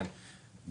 כן.